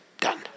Done